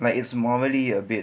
like it's normally a bit